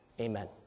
Amen